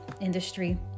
industry